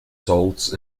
salts